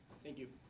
thank you.